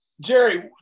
Jerry